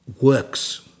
works